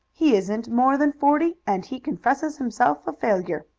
he isn't more than forty and he confesses himself a failure.